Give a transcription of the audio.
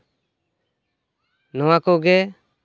ᱱᱚᱣᱟ ᱠᱚᱜᱮ